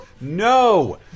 No